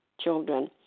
children